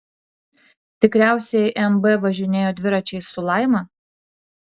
tikriausiai mb važinėjo dviračiais su laima